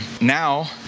Now